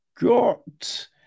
Got